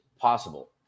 possible